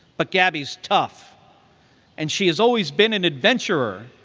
but gabby's tough and she has always been an adventurer.